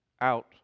out